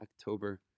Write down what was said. October